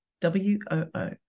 w-o-o